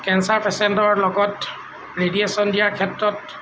cancer পেচেণ্টৰ লগত radiation দিয়াৰ ক্ষেত্ৰত